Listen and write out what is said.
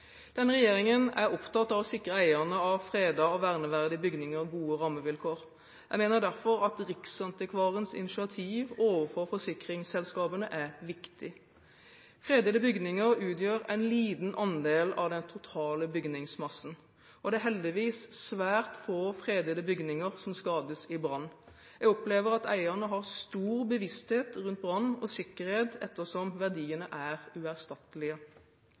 Denne regjeringen er opptatt av å sikre eierne av fredete og verneverdige bygninger gode rammevilkår. Jeg mener derfor at Riksantikvarens initiativ overfor forsikringsselskapene er viktig. Fredete bygninger utgjør en liten andel av den totale bygningsmassen, og det er heldigvis svært få fredete bygninger som skades i brann. Jeg opplever at eierne har stor bevissthet rundt brann og sikkerhet ettersom verdiene er uerstattelige.